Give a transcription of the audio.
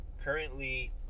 currently